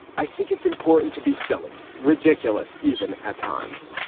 i think it's important to be silly, ridiculous, even at times,